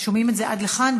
שומעים את זה עד לכאן,